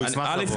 הוא ישמח לבוא.